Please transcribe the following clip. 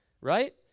right